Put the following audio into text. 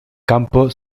campo